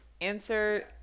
Answer